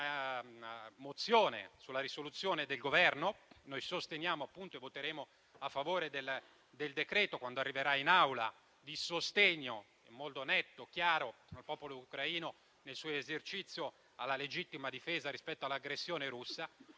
asterremo sulla risoluzione del Governo? Noi voteremo a favore del decreto-legge, quando arriverà in Aula, di sostegno in modo netto e chiaro al popolo ucraino nel suo esercizio alla legittima difesa rispetto all'aggressione russa,